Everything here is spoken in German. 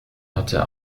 hatte